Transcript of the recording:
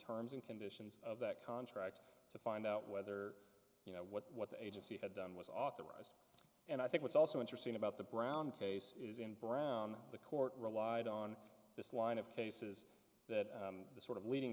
terms and conditions of that contract to find out whether you know what what the agency had done was authorized and i think what's also interesting about the brown case is in brown the court relied on this line of cases that the sort of leading